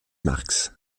marx